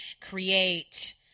create